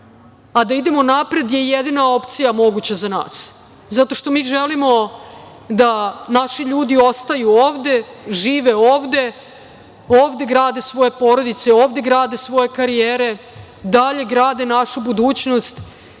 Da idemo napred je jedina moguća opcija za nas, zato što mi želimo da naši ljudi ostaju ovde, žive ovde, ovde grade svoje porodice, ovde grade svoje karijere, dalje grade našu budućnost